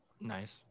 Nice